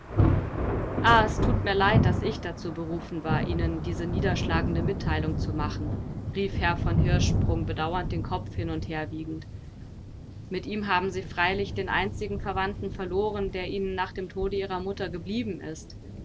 es thut mir leid daß ich dazu berufen war ihnen diese niederschlagende mitteilung zu machen rief herr von hirschsprung bedauernd den kopf hin und her wiegend mit ihm haben sie freilich den einzigen verwandten verloren der ihnen nach dem tode ihrer mutter geblieben ist